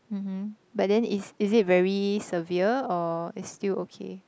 mmhmm but then is is it very severe or it's still okay